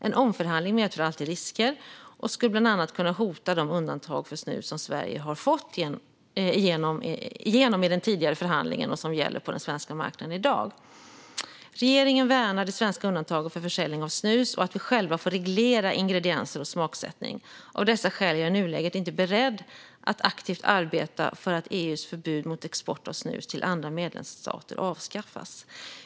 En omförhandling medför alltid risker och skulle bland annat kunna hota de undantag för snus som Sverige har fått igenom i den tidigare förhandlingen och som gäller på den svenska marknaden i dag. Regeringen värnar det svenska undantaget för försäljning av snus och att vi själva får reglera ingredienser och smaksättning. Av dessa skäl är jag i nuläget inte beredd att aktivt arbeta för att EU:s förbud mot export av snus till andra medlemsstater avskaffas.